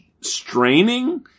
straining